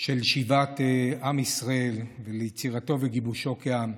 של שיבת עם ישראל וליצירתו וגיבושו כעם.